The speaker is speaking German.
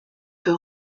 für